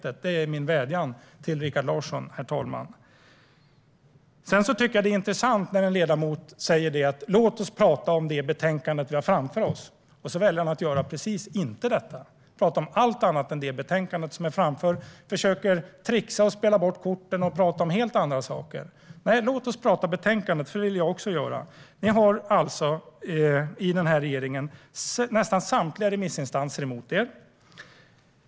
Det, herr talman, är min vädjan till Rikard Larsson. Jag tycker att det är intressant när en ledamot säger: Låt oss tala om det betänkande vi har framför oss! Och sedan väljer han att göra det rakt motsatta. Han talar om allt annat än det betänkande vi har framför oss och försöker trixa, spela bort korten och tala om helt andra saker. Låt oss tala om betänkandet, för det vill jag också göra. Regeringen och ni har alltså nästan samtliga remissinstanser emot er, Rikard Larsson.